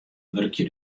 wurkje